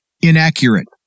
inaccurate